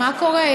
מה קורה?